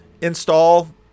install